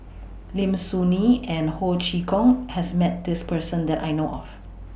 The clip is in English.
Lim Soo Ngee and Ho Chee Kong has Met This Person that I know of